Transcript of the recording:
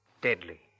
deadly